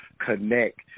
connect